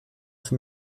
für